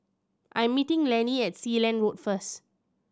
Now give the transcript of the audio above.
I'm meeting Lanny at Sealand Road first